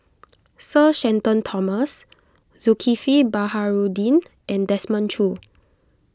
Sir Shenton Thomas Zulkifli Baharudin and Desmond Choo